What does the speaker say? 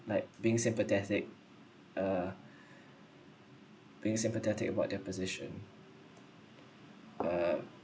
like being sympathetic uh being sympathetic about their position uh